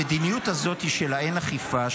המדיניות הזאת של אין אכיפה,